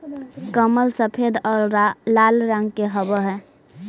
कमल सफेद और लाल रंग के हवअ हई